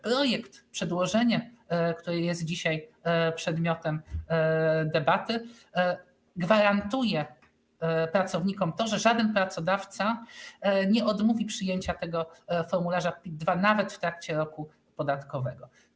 Projekt, przedłożenie, które jest dzisiaj przedmiotem debaty, gwarantuje pracownikom to, że żaden pracodawca nie odmówi przyjęcia tego formularza PIT-2 nawet w trakcie roku podatkowego.